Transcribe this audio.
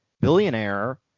billionaire